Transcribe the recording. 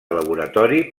laboratori